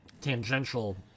tangential